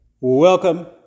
Welcome